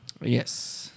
Yes